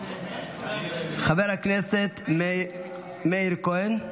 חבר הכנסת מאיר כהן,